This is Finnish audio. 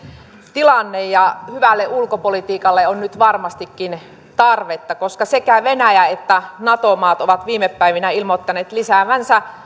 tilanne hyvälle ulkopolitiikalle on nyt varmastikin tarvetta koska sekä venäjä että nato maat ovat viime päivinä ilmoittaneet lisäävänsä